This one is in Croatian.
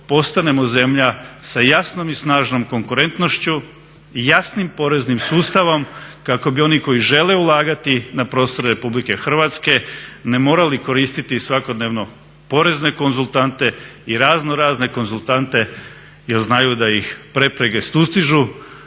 postanemo zemlja sa jasnom i snažnom konkurentnošću i jasnim poreznim sustavom kako bi oni koji žele ulagat na prostoru RH ne morali koristiti svakodnevno porezne konzultante i razno razne konzultante jer znaju da ih prepreke sustižu,